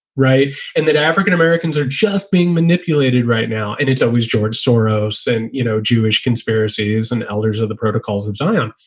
right. and that african-americans are just being manipulated right now. and it's always george soros and, you know, jewish conspiracies and elders of the protocols of zion.